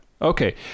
Okay